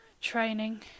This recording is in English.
Training